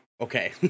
okay